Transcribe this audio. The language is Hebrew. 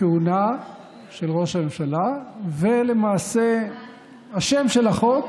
כהונה של ראש ממשלה, ולמעשה השם של החוק